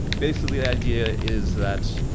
basically the idea is that